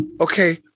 okay